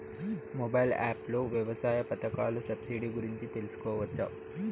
Mobile app లో వ్యవసాయ పథకాల సబ్సిడి గురించి తెలుసుకోవచ్చా?